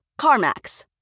CarMax